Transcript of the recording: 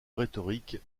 rhétorique